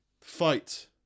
Fight